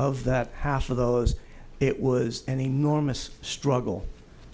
of that half of those it was an enormous struggle